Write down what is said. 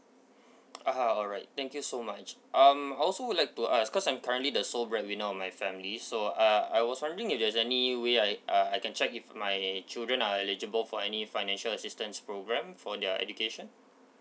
ah alright thank you so much um I would like to ask cause I'm currently the sole bread winner of my family so uh I was wondering if there's any way I uh I can check if my children are eligible for any financial assistance program for their education